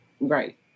Right